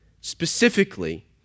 Specifically